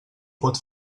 pot